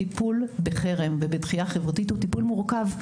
טיפול בחרם ובדחייה חברתית הוא טיפול מורכב.